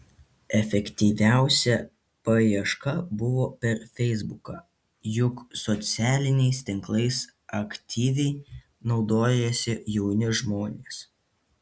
efektyviausia paieška buvo per feisbuką juk socialiniais tinklais aktyviai naudojasi jauni žmonės